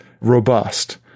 robust